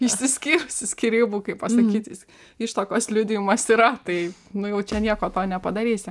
išsiskyrusi skyrybų kaip pasakyti ištuokos liudijimas yra tai nu jau čia nieko to nepadarysi